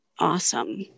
Awesome